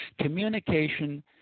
Communication